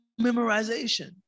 memorization